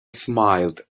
smiled